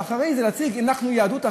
ואחרי זה להציג: אנחנו יהדות אחרת,